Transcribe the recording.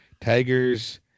Tigers